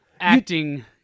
acting